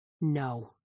No